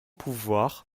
pouvoir